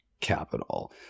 capital